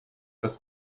das